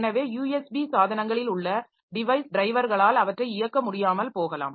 எனவே யூஎஸ்பி சாதனங்களில் உள்ள டிவைஸ் டிரைவர்களால் அவற்றை இயக்க முடியாமல் போகலாம்